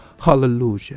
hallelujah